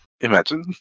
Imagine